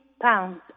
pounds